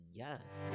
yes